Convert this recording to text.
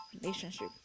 relationship